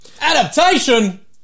Adaptation